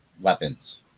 weapons